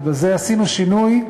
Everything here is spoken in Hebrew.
ובזה עשינו שינוי,